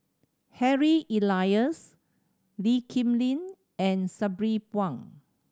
Harry Elias Lee Kip Lin and Sabri Buang